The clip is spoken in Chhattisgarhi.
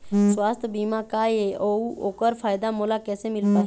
सुवास्थ बीमा का ए अउ ओकर फायदा मोला कैसे मिल पाही?